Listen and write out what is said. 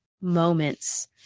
moments